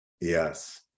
Yes